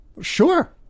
Sure